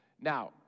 Now